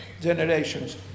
generations